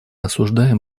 осуждаем